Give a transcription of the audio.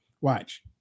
Watch